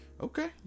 okay